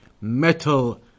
metal